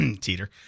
teeter